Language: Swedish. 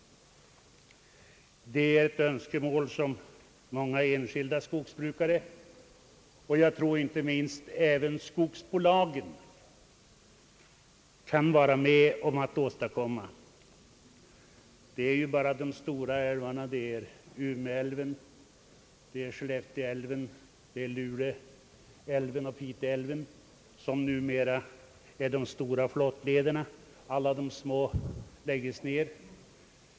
Det är ett önskemål som många enskilda skogsbrukare och inte minst skogsbolagen kan instämma i. Endast de stora älvarna — Ume älv, Skellefte älv, Pite älv och Lule älv — är numera flottleder. Alla de små flottlederna läggs ned.